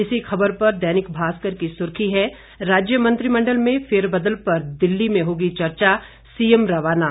इसी खबर पर दैनिक भास्कर की सुर्खी है राज्य मंत्रिमण्डल में फेरबदल पर दिल्ली में होगी चर्चा सीएम रवाना